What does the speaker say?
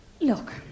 Look